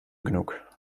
genug